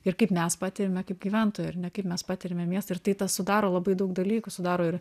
ir kaip mes patiriame kaip gyventojai ar ne kaip mes patiriame miestą ir tai tas sudaro labai daug dalykų sudaro ir